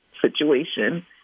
situation